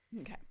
Okay